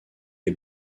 les